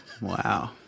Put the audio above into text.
wow